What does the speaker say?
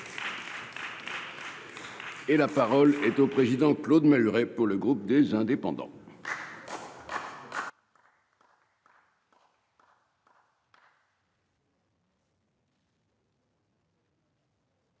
Et la parole est au président Claude Malhuret pour le groupe des indépendants.